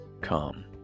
come